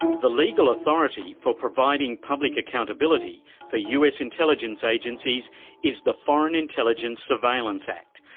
the legal authority for providing public accountability for us intelligence agencies is the foreign intelligence surveillance act,